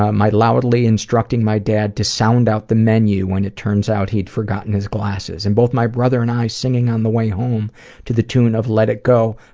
ah my loudly instructing my dad to sound out the menu when it turns out he's forgotten his glasses, and both my brother and i singing on the way home to the tune of let it go,